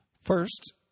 First